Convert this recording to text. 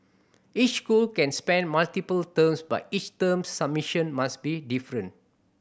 each school can send multiple teams but each team's submission must be different